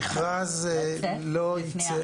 המכרז ייצא